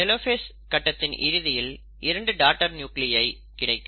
telophase கட்டத்தின் இறுதியில் 2 daughter நியூகிளியை கிடைக்கும்